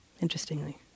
Interestingly